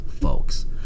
folks